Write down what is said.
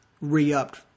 re-upped